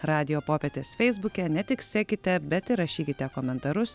radijo popietės feisbuke ne tik sekite bet ir rašykite komentarus